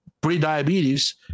pre-diabetes